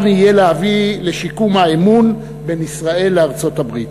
יהיה להביא לשיקום האמון בין ישראל לארצות-הברית.